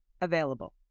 available